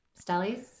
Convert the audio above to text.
Stellies